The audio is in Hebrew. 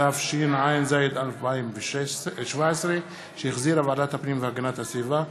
התשע"ז 2017, שהחזירה ועדת הפנים והגנת הסביבה,